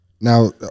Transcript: Now